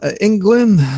England